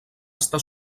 estar